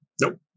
Nope